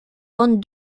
ont